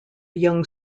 young